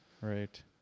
Right